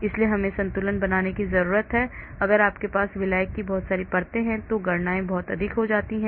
इसलिए हमें संतुलन बनाने की जरूरत है और अगर आपके पास विलायक की बहुत सारी परतें हैं तो गणनाएं बहुत अधिक हो जाती हैं